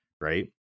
right